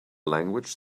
language